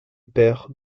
père